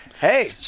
Hey